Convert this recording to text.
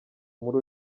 muri